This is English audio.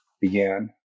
began